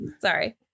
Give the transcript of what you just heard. Sorry